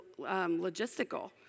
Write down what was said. logistical